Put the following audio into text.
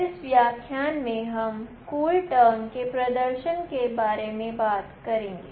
इस व्याख्यान में हम कूल टर्म के प्रदर्शन के बारे में बात करेंगे